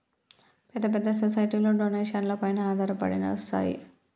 పెద్ద పెద్ద సొసైటీలు డొనేషన్లపైన ఆధారపడి నడుస్తాయి